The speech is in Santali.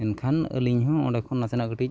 ᱮᱱᱠᱷᱟᱱ ᱟᱹᱞᱤᱧ ᱦᱚᱸ ᱚᱸᱰᱮᱠᱷᱚᱱ ᱱᱟᱥᱮᱱᱟᱜ ᱠᱟᱹᱴᱤᱡ